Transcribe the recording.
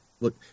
Look